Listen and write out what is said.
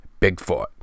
Bigfoot